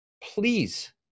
Please